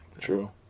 True